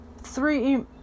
three